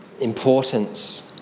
importance